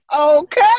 Okay